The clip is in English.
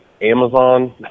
Amazon